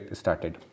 started